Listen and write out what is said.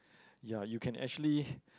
ya you can actually